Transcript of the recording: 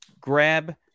Grab